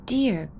Dear